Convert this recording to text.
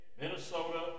Minnesota